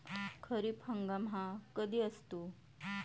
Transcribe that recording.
खरीप हंगाम हा कधी असतो?